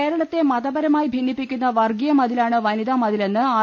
കേരളത്തെ മതപരമായി ഭിന്നിപ്പിക്കുന്ന വർഗീയ മതിലാണ് വനിതാമതിലെന്ന് ആർ